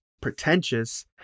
pretentious